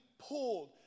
pulled